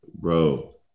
Bro